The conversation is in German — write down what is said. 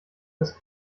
das